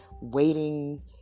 waiting